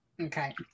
okay